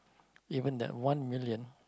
even that one million